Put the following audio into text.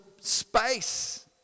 space